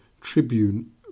tribune